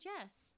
Jess